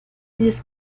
dieses